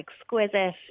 exquisite